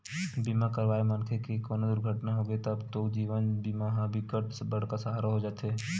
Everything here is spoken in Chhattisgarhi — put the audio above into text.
बीमा करवाए मनखे के कोनो दुरघटना होगे तब तो जीवन बीमा ह बिकट बड़का सहारा हो जाते